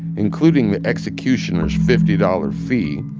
including the executioner's fifty-dollar fee,